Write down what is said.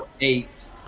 eight